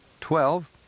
Twelve